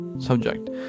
subject